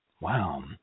Wow